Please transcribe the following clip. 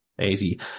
Easy